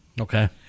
Okay